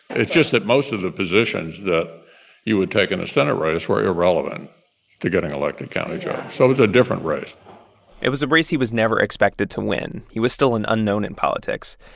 it's just that most of the positions that you would take in a senate race were irrelevant to getting elected county judge, so it was a different race it was a race he was never expected to win. he was still an unknown in politics.